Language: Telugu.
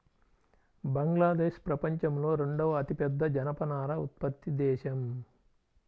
బంగ్లాదేశ్ ప్రపంచంలో రెండవ అతిపెద్ద జనపనార ఉత్పత్తి దేశం